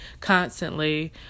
constantly